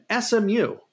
SMU